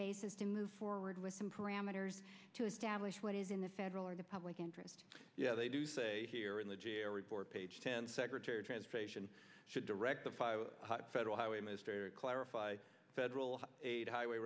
basis to move forward with some parameters to establish what is in the federal or the public interest yeah they do say here in the g a o report page ten secretary transfer and should direct the federal highway minister clarify federal aid highway